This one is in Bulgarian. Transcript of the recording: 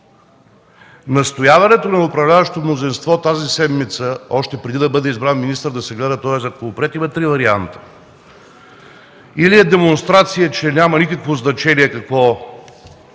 Настояването на управляващото мнозинство тази седмица още преди да бъде избран министър да се гледа този законопроект има три варианта – или е демонстрация, че няма никакво значение какво